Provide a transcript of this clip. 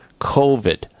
COVID